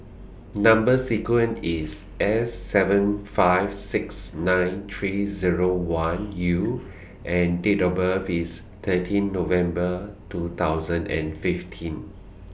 Number sequence IS S seven five six nine three Zero one U and Date of birth IS thirteen November two thousand and fifteen